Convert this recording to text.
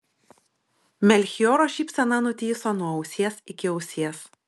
melchioro šypsena nutįso nuo ausies iki ausies